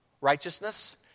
Righteousness